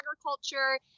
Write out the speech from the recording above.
Agriculture